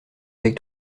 avec